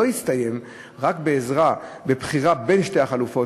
הסתיים רק בעזרה בבחירה בין שתי החלופות,